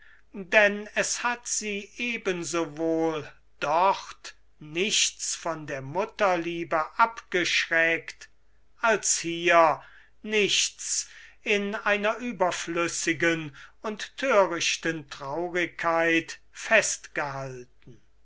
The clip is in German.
denn es hat sie eben sowohl nichts von der mutterliebe abgeschreckt als nichts in einer überflüssigen und thörichten traurigkeit festgehalten